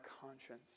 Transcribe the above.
conscience